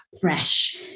fresh